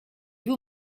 vous